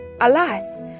Alas